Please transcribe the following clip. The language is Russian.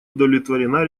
удовлетворена